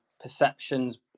perceptions